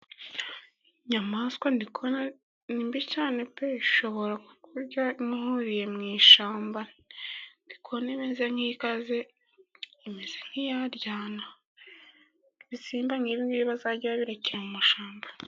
Iyi nyamaswa ndikubona arimbi cyane pe, ishobora ku kurya muhuriye mu ishyamba, ndikubona imeze nk'ikaze, imeze nk'iyaryana. Ibisimba nkibi bazajye ba birekera mu mashyamba.